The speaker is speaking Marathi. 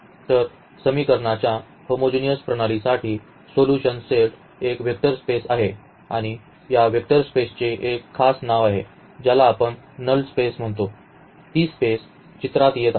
तर समीकरणांच्या होमोजिनिअस प्रणालीसाठी सोल्यूशन सेट एक वेक्टर स्पेस आहे आणि या वेक्टर स्पेसचे एक खास नाव आहे ज्याला आपण नल स्पेस म्हणतो ही स्पेस चित्रात येत आहे